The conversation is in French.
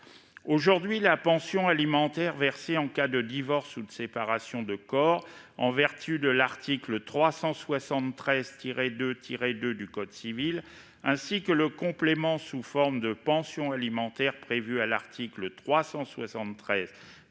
une femme. La pension alimentaire, versée en cas de divorce ou de séparation de corps, en vertu de l'article 373-2-2 du code civil, ainsi que le complément sous forme de pension alimentaire prévu à l'article 373-2-4